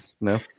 No